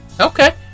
Okay